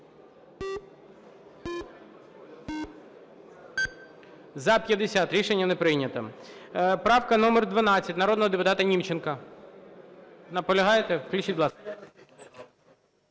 За-50 Рішення не прийнято. Правка номер 12, народного депутата Німченка. Наполягаєте? Включіть, будь ласка.